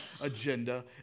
agenda